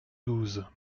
douze